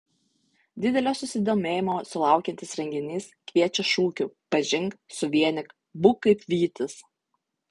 didelio susidomėjimo sulaukiantis renginys kviečia šūkiu pažink suvienyk būk kaip vytis